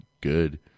good